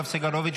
יואב סגלוביץ',